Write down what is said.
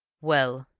well,